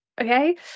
Okay